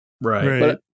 right